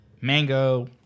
mango